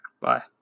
Bye